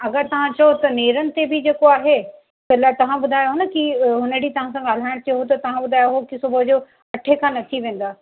अगरि तव्हां चओ त नेरन ते बि जेको आहे छो लाइ तव्हां ॿुधायो न की हुन ॾींहं तव्हां सां ॻाल्हाइण थियो हो त तव्हां ॿुधायो हो की सुबुह जो अठें खनि अची वेंदा